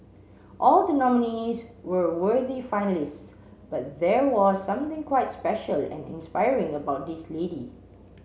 all the nominees were worthy finalists but there was something quite special and inspiring about this lady